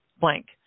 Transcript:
blank